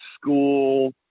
school